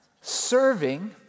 Serving